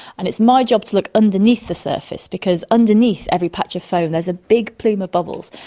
and it's my job to look underneath the surface because underneath every patch of foam there's a big plume of bubbles.